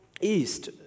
East